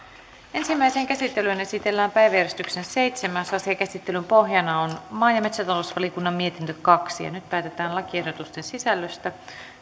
ensimmäiseen käsittelyyn esitellään päiväjärjestyksen seitsemäs asia käsittelyn pohjana on maa ja metsätalousvaliokunnan mietintö kaksi nyt päätetään lakiehdotusten sisällöstä